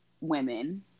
women